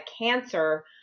cancer